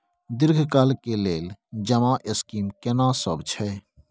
दीर्घ काल के लेल जमा स्कीम केना सब छै?